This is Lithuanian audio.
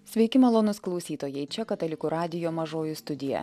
sveiki malonūs klausytojai čia katalikų radijo mažoji studija